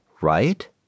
right